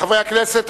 חברי הכנסת,